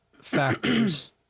factors